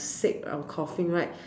uh sick or coughing right